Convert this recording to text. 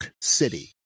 City